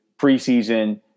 preseason